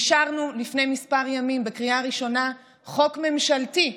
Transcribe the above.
אישרנו לפני כמה ימים בקריאה ראשונה חוק ממשלתי,